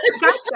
Gotcha